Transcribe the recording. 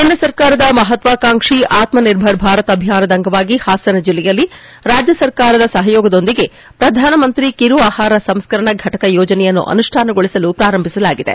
ಕೇಂದ್ರ ಸರ್ಕಾರದ ಮಪತ್ವಾಕಾಂಕ್ಷಿ ಆತ್ಮ ನಿರ್ಭರ ಭಾರತ ಅಭಿಯಾನದ ಅಂಗವಾಗಿ ಹಾಸನ ಜಿಲ್ಲೆಯಲ್ಲಿ ರಾಜ್ಯ ಸರ್ಕಾರದ ಸಹಯೋಗದೊಂದಿಗೆ ಪ್ರಧಾನಮಂತ್ರಿ ಕೆರು ಆಹಾರ ಸಂಸ್ಕರಣಾ ಫಟಕ ಯೋಜನೆಯನ್ನು ಅನುಷ್ಠಾನಗೊಳಿಸಲು ಪ್ರಾರಂಭಿಸಲಾಗಿದೆ